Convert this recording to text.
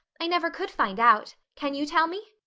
i never could find out. can you tell me?